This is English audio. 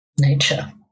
nature